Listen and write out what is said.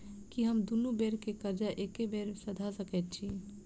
की हम दुनू बेर केँ कर्जा एके बेर सधा सकैत छी?